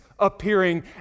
Appearing